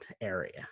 area